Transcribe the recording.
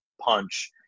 punch